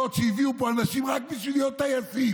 אתה עשית קורס טיס,